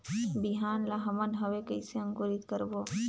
बिहान ला हमन हवे कइसे अंकुरित करबो?